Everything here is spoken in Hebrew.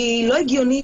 והיא לא הגיונית,